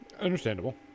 Understandable